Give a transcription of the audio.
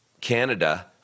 Canada